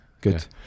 Good